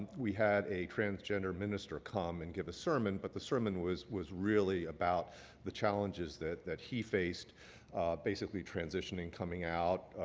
we had a transgender minister come and give a sermon, but the sermon was was really about the challenges that that he faced basically transitioning, coming out,